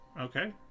Okay